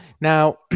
Now